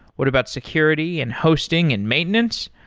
what about security and hosting and maintenance?